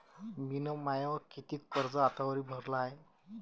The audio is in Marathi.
मिन माय कितीक कर्ज आतावरी भरलं हाय?